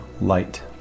light